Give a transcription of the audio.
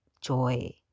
joy